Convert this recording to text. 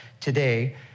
today